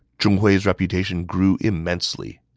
zhong hui's reputation grew immensely.